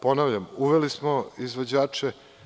Ponavljam, uveli smo izvođače.